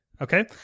Okay